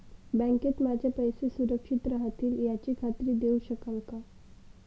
बँकेत माझे पैसे सुरक्षित राहतील याची खात्री देऊ शकाल का?